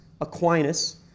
Aquinas